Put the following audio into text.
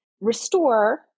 restore